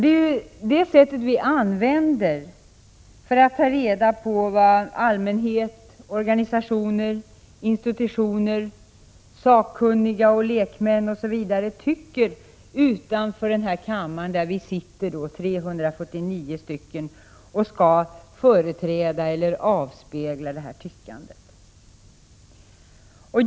Det är det sättet vi använder för att ta reda på vad allmänhet, organisationer, institutioner, sakkunniga och lekmän osv. tycker utanför den här kammaren där vi sitter, 349 ledamöter, och skall företräda eller avspegla tyckandet.